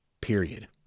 period